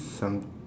some